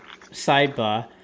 sidebar